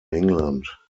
england